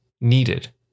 needed